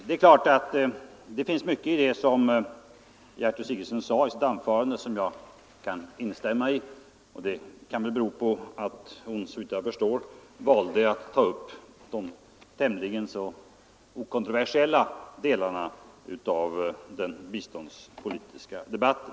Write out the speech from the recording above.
Det finns givetvis mycket i det som Gertrud Sigurdsen sade i sitt anförande som jag kan instämma i. Det kan bero på att hon — såvitt jag förstår — valde att ta upp de tämligen okontroversiella delarna av den biståndspolitiska debatten.